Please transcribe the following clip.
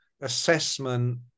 assessment